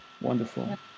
Wonderful